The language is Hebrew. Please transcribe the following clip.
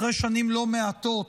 אחרי שנים לא מעטות